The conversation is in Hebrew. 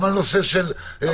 גם על הנושא של התנהגות.